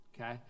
Okay